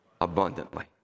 abundantly